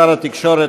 שר התקשורת,